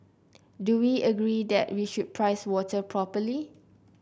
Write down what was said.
do we agree that we should price water properly